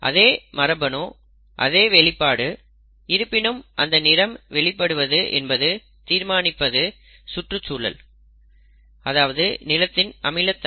அதே மரபணு அதே வெளிப்பாடு இருப்பினும் அந்த நிறம் வெளிப்படுவது என்பதை தீர்மானிப்பது சுற்றுச்சூழல் அதாவது நிலத்தின் அமிலத்தன்மை